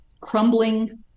crumbling